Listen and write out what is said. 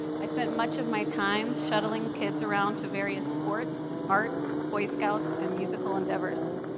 i spent much of my time shuttling kids around to various sports, arts, boy scouts, and musical endeavors.